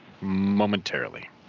momentarily